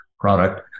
product